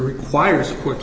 require support to